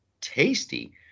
tasty